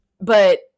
But-